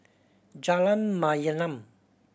Jalan Mayaanam